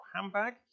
handbag